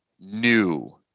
new